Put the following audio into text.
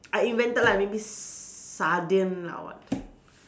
I invented like maybe s~ sardine or what